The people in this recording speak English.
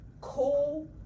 cool